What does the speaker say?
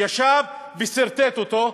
ישב וסרטט אותו,